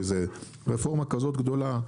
כי רפורמה כזאת גדולה,